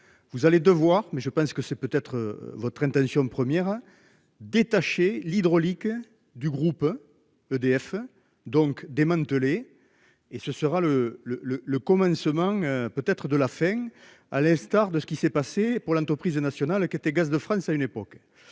Vous allez devoir mais je pense que c'est peut être votre intention première. Détacher l'hydraulique du groupe EDF donc démantelés et ce sera le le le le commencement. Peut-être de la fin. À l'instar de ce qui s'est passé pour l'entreprise nationale qui était Gaz de France à une époque